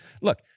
Look